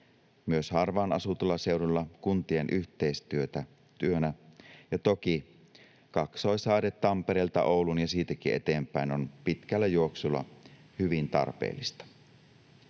myös harvaan asutulla seudulla kuntien yhteistyönä, ja toki kaksoisraide Tampereelta Ouluun ja siitäkin eteenpäin on pitkällä juoksulla hyvin tarpeellinen.